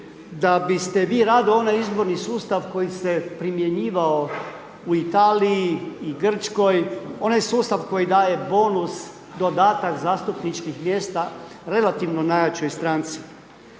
da biste vi rado onaj izborni sustav koji se primjenjivao u Italiji i Grčkoj, onaj sustav koji daje bonus, dodatak zastupničkih mjesta relativno najjačoj stranci?